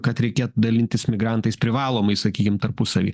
kad reikė dalintis migrantais privalomai sakykim tarpusavy